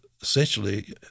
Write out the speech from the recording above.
essentially